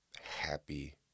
happy